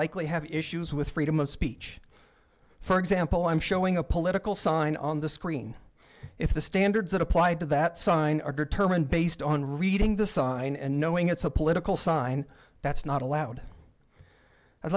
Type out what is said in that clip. likely have issues with freedom of speech for example i'm showing a political sign on the screen if the standards that applied to that sign are determined based on reading the sign and knowing it's a political sign that's not allowed i'd